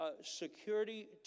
security